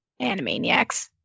Animaniacs